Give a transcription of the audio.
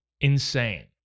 Insane